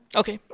okay